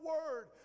Word